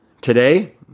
Today